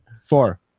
four